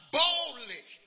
boldly